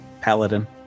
Paladin